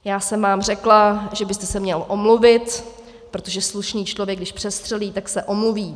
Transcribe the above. Já jsem vám řekla, že byste se měl omluvit, protože slušný člověk, když přestřelí, tak se omluví.